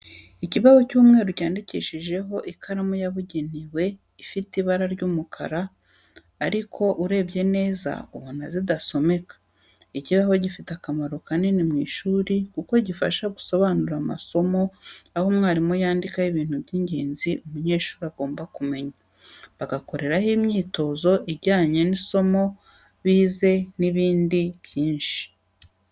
Ikibaho cy'umweru cyandikishijeho ikaramu yabugenewe ifite ibara ry'umukara ariko urebye neza ubona zidasomeka. Ikibaho gifite akamaro kanini mu ishuri kuko gifasha gusobanura amasomo aho mwarimu yandikaho ibintu by'ingenzi umunyeshuri agomba kumenya, bagakoreraho imyitozo ijyanye isomo bize n'ibindi byinshi.